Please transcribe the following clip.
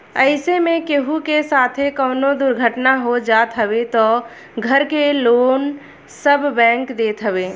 अइसे में केहू के साथे कवनो दुर्घटना हो जात हवे तअ घर के लोन सब बैंक देत हवे